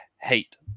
hate